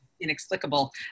inexplicable